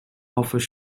offers